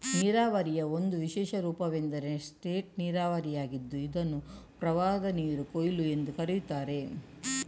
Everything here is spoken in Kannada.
ನೀರಾವರಿಯ ಒಂದು ವಿಶೇಷ ರೂಪವೆಂದರೆ ಸ್ಪೇಟ್ ನೀರಾವರಿಯಾಗಿದ್ದು ಇದನ್ನು ಪ್ರವಾಹನೀರು ಕೊಯ್ಲು ಎಂದೂ ಕರೆಯುತ್ತಾರೆ